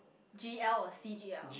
g_l or c_g_l